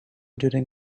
during